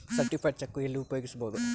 Certified cheque ಎಲ್ಲಿ ಉಪಯೋಗಿಸ್ಬೋದು?